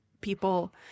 people